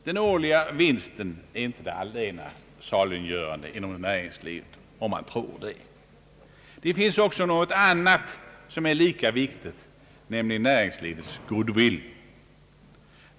Den årliga vinsten inom företaget är inte det allena saliggörande inom näringslivet. Det finns också något annat som är lika viktigt, nämligen näringslivets goodwill.